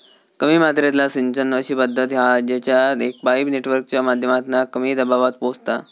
कमी मात्रेतला सिंचन अशी पद्धत हा जेच्यात एक पाईप नेटवर्कच्या माध्यमातना कमी दबावात पोचता